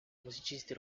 musicisti